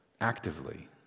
actively